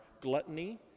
gluttony